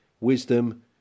Wisdom